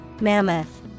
Mammoth